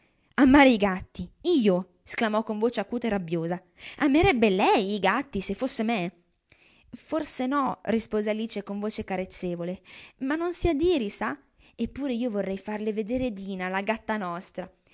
amare i gatti io sclamò con voce acuta e rabbiosa amerebbe lei i gatti se fosse me forse no rispose alice con voce carezzevole ma non si adiri sa eppure io vorrei farle vedere dina la gatta nostra